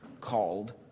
called